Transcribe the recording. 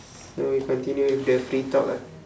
so we continue with the free talk ah